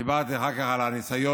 דיברתי אחר כך על הניסיון